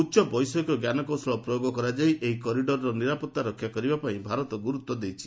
ଉଚ୍ଚ ବୈଷୟିକ ଜ୍ଞାନକୌଶଳ ପ୍ରୟୋଗ କରାଯାଇ ଏହି କରିଡ଼ରର ନିରାପତ୍ତା ରକ୍ଷା କରିବାପାଇଁ ଭାରତ ଗୁରୁତ୍ୱ ଦେଇଛି